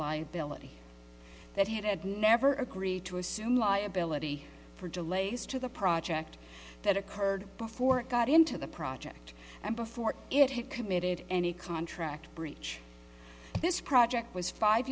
liability that had never agreed to assume liability for delays to the project that occurred before it got into the project and before it had committed any contract breach this project was five